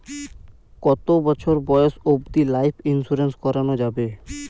কতো বছর বয়স অব্দি লাইফ ইন্সুরেন্স করানো যাবে?